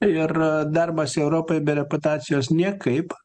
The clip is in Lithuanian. ir darbas europoj be reputacijos niekaip